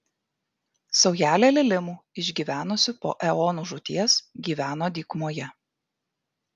saujelė lilimų išgyvenusių po eonų žūties gyveno dykumoje